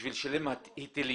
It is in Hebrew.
בשביל לשלם היטלים".